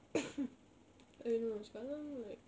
I don't know sekarang like